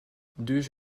deux